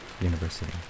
University